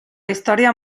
història